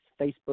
Facebook